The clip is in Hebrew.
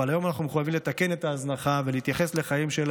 אבל היום אנחנו מחויבים לתקן את ההזנחה ולהתייחס לחיים של